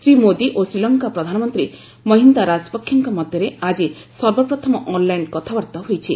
ଶ୍ରୀ ମୋଦୀ ଓ ଶ୍ରୀଲଙ୍କା ପ୍ରଧାନମନ୍ତ୍ରୀ ମହିନ୍ଦା ରାଜପକ୍ଷେଙ୍କ ମଧ୍ୟରେ ଆଜି ସର୍ବପ୍ରଥମ ଅନ୍ଲାଇନ୍ କଥାବାର୍ତ୍ତା ହୋଇଛି